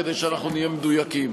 כדי שאנחנו נהיה מדויקים.